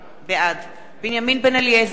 בעד בנימין בן-אליעזר,